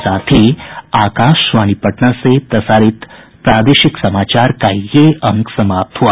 इसके साथ ही आकाशवाणी पटना से प्रसारित प्रादेशिक समाचार का ये अंक समाप्त हुआ